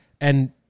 and-